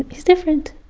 he's different.